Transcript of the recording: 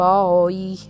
Bye